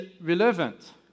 relevant